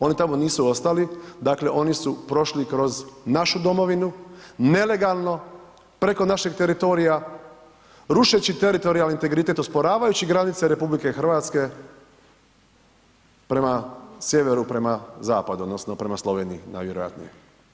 Oni tamo nisu ostali, dakle oni su prošli kroz našu domovinu, nelegalno, preko našeg teritorija, rušeći teritorijalni integritet, osporavajući granice RH prema sjeveru, prema zapadu, odnosno prema Sloveniji najvjerojatnije.